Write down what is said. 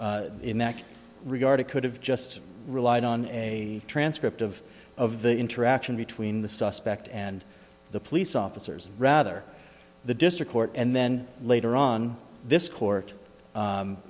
in that regard it could have just relied on a transcript of of the interaction between the suspect and the police officers rather the district court and then later on this court